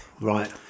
Right